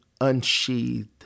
unsheathed